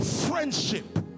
friendship